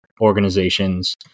organizations